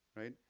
right,